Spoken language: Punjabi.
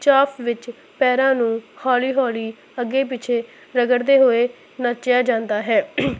ਝਾਫ ਵਿੱਚ ਪੈਰਾਂ ਨੂੰ ਹੌਲੀ ਹੌਲੀ ਅੱਗੇ ਪਿੱਛੇ ਰਗੜਦੇ ਹੋਏ ਨੱਚਿਆ ਜਾਂਦਾ ਹੈ